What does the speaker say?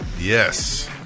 Yes